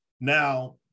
now